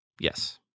Yes